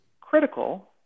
critical